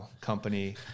company